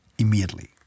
Immediately